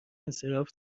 انصراف